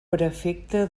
prefecte